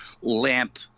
lamp